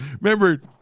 Remember